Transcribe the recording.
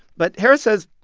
but harris says,